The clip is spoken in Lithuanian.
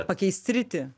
pakeist sritį